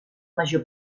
major